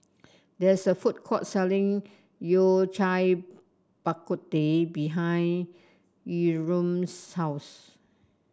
there is a food court selling Yao Cai Bak Kut Teh behind Yurem's house